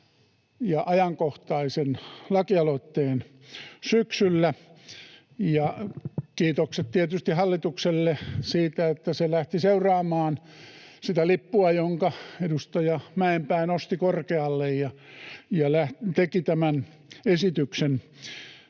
ja ajankohtaisen lakialoitteen syksyllä, ja kiitokset tietysti hallitukselle siitä, että se lähti seuraamaan sitä lippua, jonka edustaja Mäenpää nosti korkealle ja teki tämän esityksen.